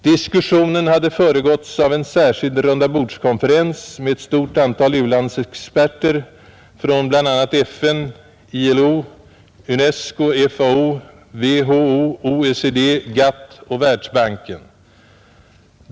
Den hade också föregåtts av en särskild rundabordskonferens med ett stort antal u-landsexperter från bl.a. FN, ILO, UNESCO, FAO, WHO, OECD, GATT och Världsbanken.